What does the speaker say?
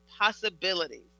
Possibilities